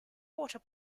water